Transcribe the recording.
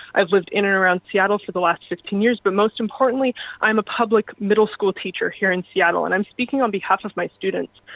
i have lived in and around seattle for the last sixteen years. but most important like am a public middle school teacher here in seattle. and i'm speaking on behalf of my students.